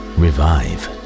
revive